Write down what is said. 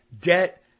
debt